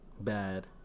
Bad